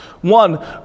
One